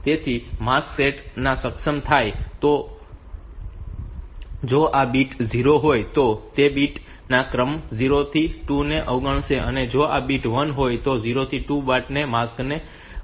તેથી mask set સક્ષમ થાય છે તેથી જો આ બીટ 0 હોય તો તે બીટ ક્રમાંક 0 થી 2 ને અવગણશે અને જો આ બીટ 1 હોય તો તે 0 થી 2 બિટ્સ અનુસાર માસ્ક સેટ કરશે